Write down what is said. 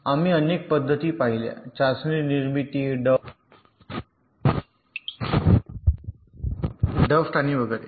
आम्ही अनेक पद्धती पाहिल्या चाचणी निर्मिती डफ्ट आणि वगैरे